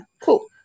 cool